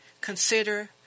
consider